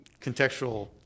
contextual